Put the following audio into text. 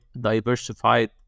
diversified